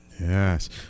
yes